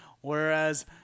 Whereas